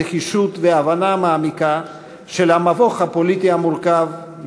נחישות והבנה מעמיקה של המבוך הפוליטי המורכב,